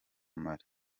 mali